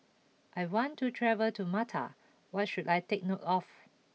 I want to travel to Malta what should I take note of